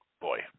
Boy